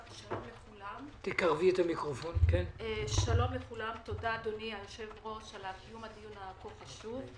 תודה, אדוני היושב-ראש, על קיום הדיון החשוב.